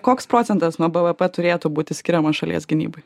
koks procentas nuo bvp turėtų būti skiriamas šalies gynybai